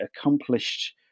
accomplished